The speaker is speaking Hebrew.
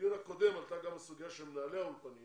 בדיון הקודם עלתה גם הסוגיה של מנהלי האולפנים